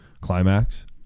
climax